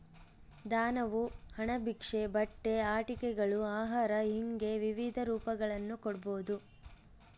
ದಾನವು ಹಣ ಭಿಕ್ಷೆ ಬಟ್ಟೆ ಆಟಿಕೆಗಳು ಆಹಾರ ಹಿಂಗೆ ವಿವಿಧ ರೂಪಗಳನ್ನು ಕೊಡ್ಬೋದು